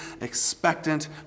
expectant